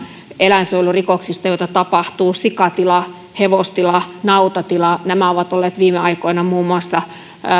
eläinsuojelurikoksista joita tapahtuu sikatilalla hevostilalla nautatilalla nämä ovat olleet viime aikoina